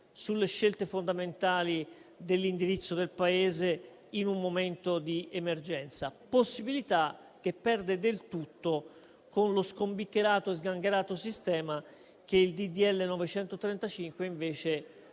sulle scelte fondamentali dell'indirizzo del Paese in un momento di emergenza, possibilità che perde del tutto con lo sgangherato sistema che il disegno di legge n.